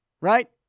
Right